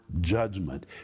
judgment